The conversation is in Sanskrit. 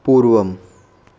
पूर्वम्